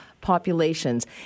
populations